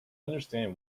understand